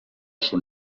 schon